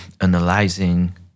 analyzing